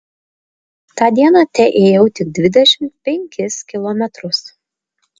tą dieną teėjau tik dvidešimt penkis kilometrus